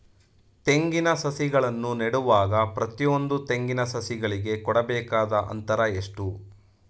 ತೆಂಗಿನ ಸಸಿಗಳನ್ನು ನೆಡುವಾಗ ಪ್ರತಿಯೊಂದು ತೆಂಗಿನ ಸಸಿಗಳಿಗೆ ಕೊಡಬೇಕಾದ ಅಂತರ ಎಷ್ಟು?